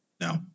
No